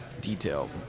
detail